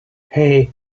hey